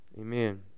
Amen